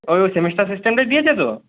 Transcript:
ও semester সিস্টেমটাই দিয়েছে তো